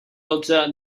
dotze